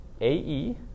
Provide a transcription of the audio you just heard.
ae